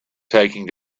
taking